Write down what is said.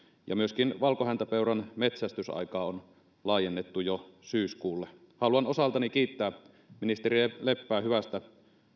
ja myöskin valkohäntäpeuran metsästysaika on laajennettu jo syyskuulle haluan osaltani kiittää ministeri leppää hyvästä